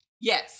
Yes